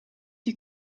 you